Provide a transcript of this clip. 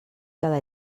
cada